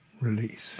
release